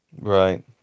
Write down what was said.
Right